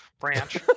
branch